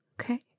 Okay